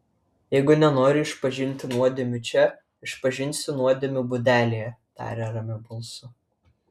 jeigu nenori išpažinti nuodėmių čia išpažinsi nuodėmių būdelėje tarė ramiu balsu